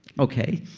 okay.